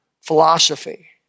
philosophy